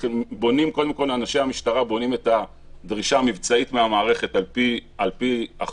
קודם כול אנשי המשטרה בונים את הדרישה המבצעית מהמערכת על פי החוק,